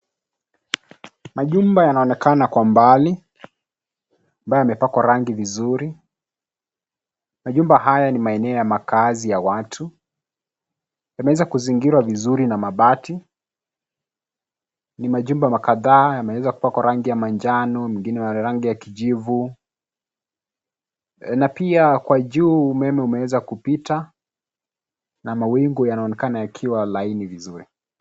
Majumba yanaonekana kwa mbali, ambayo yamepakwa rangi vizuri. Majumba haya ni maeneo ya makaazi ya watu. Yameweza kuzingirwa vizuri na mabati. Ni majumba makadhaa ambayo yameweza kupakwa rangi ya manjano, mwingine rangi ya kijivu, na pia kwa juu umeme umeweza kupita na mawingu yanaonekana yakiwa laini vizuri.